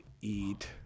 eat